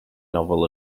novel